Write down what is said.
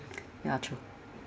yeah true